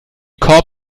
korb